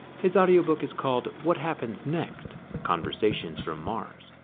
his audio book is called what happens next conversations from mars.